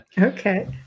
okay